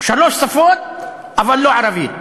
שלוש שפות אבל לא ערבית.